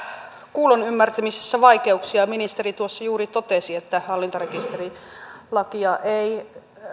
kuullunymmärtämisessä vaikeuksia ministeri tuossa juuri totesi että hallintarekisterilakia ei